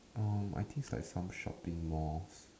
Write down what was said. oh I think its like some shopping malls